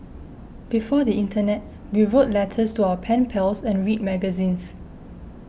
before the internet we wrote letters to our pen pals and read magazines